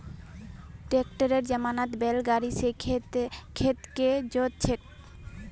ट्रैक्टरेर जमानात बैल गाड़ी स खेत के जोत छेक